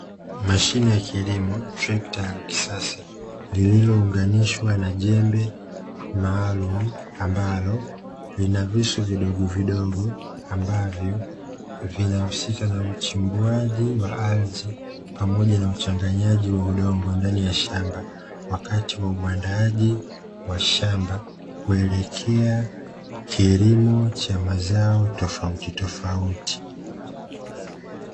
Mashine ya kilimo treka ya kisasaliliyo unganishwa na jembe maalumu ambalo linavisu zidogo vidogo ambavyo linahusisha na uchimbuaji wa ardhi pamoja na uchanganyaji wa udongo ndani ya shamba, wakati wa uandaji wa shamba kuelekea kilimo cha mazao tofauti tofauti.